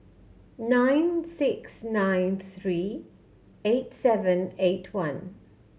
nine six nine three eight seven eight one